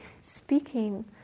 speaking